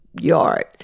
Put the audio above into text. yard